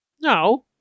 No